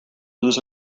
lose